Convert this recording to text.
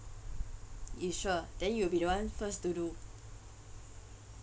you sure then you be the [one] first to do